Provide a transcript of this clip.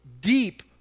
deep